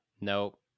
Nope